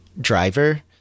driver